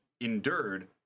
endured